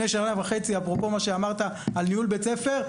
אפרופו מה שאמרת על ניהול בית ספר,